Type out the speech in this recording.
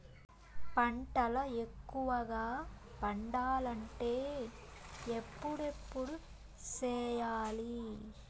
పంటల ఎక్కువగా పండాలంటే ఎప్పుడెప్పుడు సేయాలి?